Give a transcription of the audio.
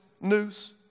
news